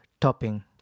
topping